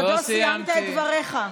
לא סיימתי.